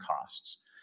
costs